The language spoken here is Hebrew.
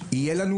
יהיה לנו,